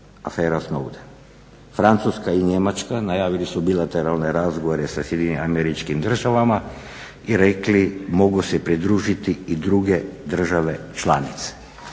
Francuska i Njemačka najavili su bilateralne razgovore sa Sjedinjenim Američkim Državama i rekli mogu se pridružiti i druge države članice.